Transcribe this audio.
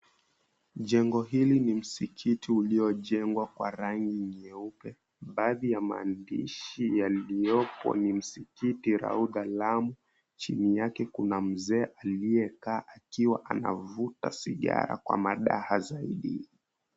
Jengo hili ni Msikiti uliojengwa kwa rangi nyeupe baadhi ya maandishi yaliyopo ni Msikiti chini yake kuna mzee aliyekaa akiwa anavuta sigara kwa mahada ya zaidi.